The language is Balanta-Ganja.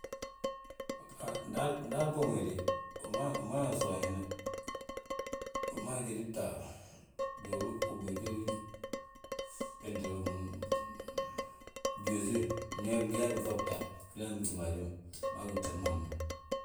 Ndi hali boŋi we de umada ma suwañena, umada jédi bta, bduulu ube ujódi wéntele wommu byuusi, ngi yaaye biŧobta, binan bi túm haji ma mma gí bta ma.